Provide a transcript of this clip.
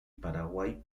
paraguay